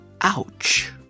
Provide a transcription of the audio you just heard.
Ouch